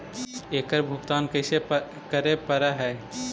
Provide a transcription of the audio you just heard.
एकड़ भुगतान कैसे करे पड़हई?